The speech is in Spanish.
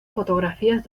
fotografías